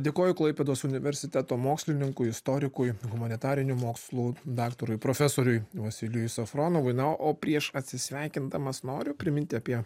dėkoju klaipėdos universiteto mokslininkui istorikui humanitarinių mokslų daktarui profesoriui vasilijui safronovui na o prieš atsisveikindamas noriu priminti apie